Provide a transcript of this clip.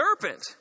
serpent